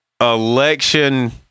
election